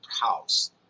house